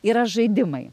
yra žaidimai